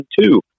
two